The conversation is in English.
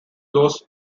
those